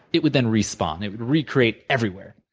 it would then re spawn. it would recreate everywhere,